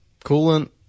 coolant